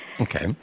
Okay